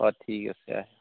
অঁ ঠিক আছে